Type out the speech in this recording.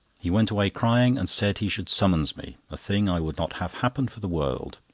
he went away crying, and said he should summons me, a thing i would not have happen for the world.